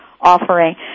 offering